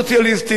לא קפיטליסטית.